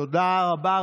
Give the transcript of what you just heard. תודה רבה.